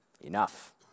Enough